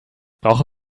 brauche